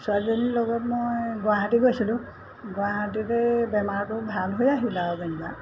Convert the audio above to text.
ছোৱালীজনীৰ লগত মই গুৱাহাটী গৈছিলোঁ গুৱাহাটীতে বেমাৰটো ভাল হৈ আহিল আৰু যেনিবা